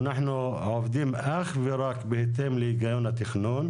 אנחנו עובדים אך ורק בהתאם להיגיון התכנון,